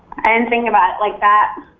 and think about like that.